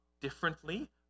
differently